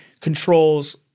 controls